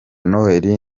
noheli